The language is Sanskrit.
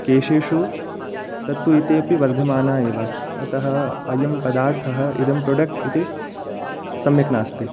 केशेषु तत्तु इतोऽपि वर्धमानाः एव अतः अयं पदार्थः इदं प्रोडक्ट् इति सम्यक् नास्ति